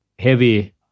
heavy